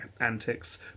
antics